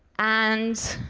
and,